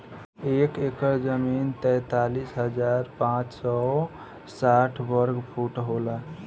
एक एकड़ जमीन तैंतालीस हजार पांच सौ साठ वर्ग फुट होला